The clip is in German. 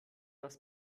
das